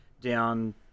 down